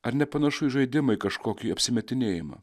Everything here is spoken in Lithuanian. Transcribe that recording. ar nepanašu į žaidimą į kažkokį apsimetinėjimą